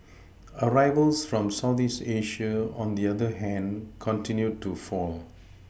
arrivals from southeast Asia on the other hand continued to fall